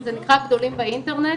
הוא נקרא "גדולים באינטרנט"